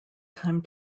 time